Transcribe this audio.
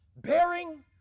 bearing